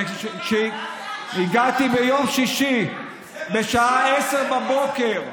כשהגעתי ביום שישי בשעה 10:00 בבוקר,